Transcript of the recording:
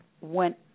went